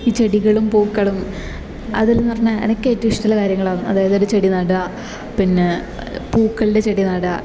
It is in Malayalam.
ഈ ചെടികളും പൂക്കളും അതിൽ നിന്ന് പറഞ്ഞാൽ എനിക്ക് ഏറ്റോം ഇഷ്ടമുള്ള കാര്യങ്ങളാന്ന് അതായത് ഒരു ചെടി നടാൻ പിന്നെ പൂക്കളുടെ ചെടി നടാൻ